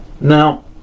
Now